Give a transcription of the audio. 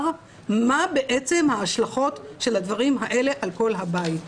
מה בעצם ההשלכות של הדברים האלה על כל הבית.